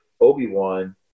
Obi-Wan